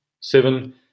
seven